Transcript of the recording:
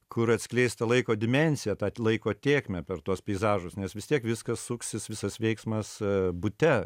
kur atskleisti laiko dimensiją tą laiko tėkmę per tuos peizažus nes vis tiek viskas suksis visas veiksmas bute